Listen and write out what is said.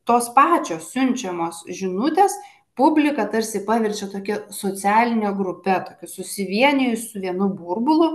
tos pačios siunčiamos žinutės publiką tarsi paverčia tokia socialine grupe tokiu susivienijusiu vienu burbulu